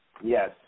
Yes